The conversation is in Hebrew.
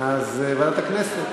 ועדת הכנסת